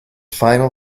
final